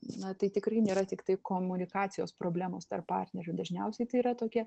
na tai tikrai nėra tiktai komunikacijos problemos tarp partnerių dažniausiai tai yra tokie